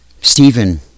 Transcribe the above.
Stephen